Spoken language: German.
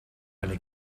eine